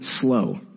slow